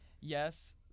yes